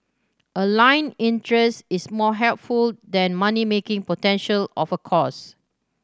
aligned interest is more helpful than money making potential of a course